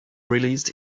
released